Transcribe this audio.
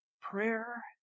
Prayer